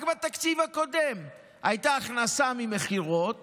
רק בתקציב הקודם הייתה הכנסה ממכירות